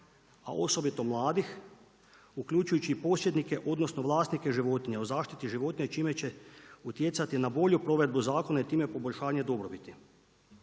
a osobito mladih uključujući i posjednike, odnosno vlasnike životinja, u zaštiti životinja i čime će utjecati na bolju provedbu zakona i time poboljšanje dobrobiti.